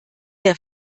der